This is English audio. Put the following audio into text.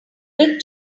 big